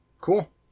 Cool